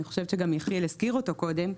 אני חושבת שגם יחיאל הזכיר אותו קודם,